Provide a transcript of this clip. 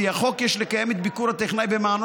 לפי החוק יש לקיים את ביקור הטכנאי במענו